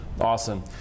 awesome